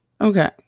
Okay